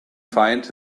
find